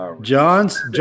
John's